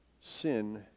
sin